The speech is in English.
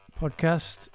podcast